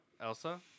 Elsa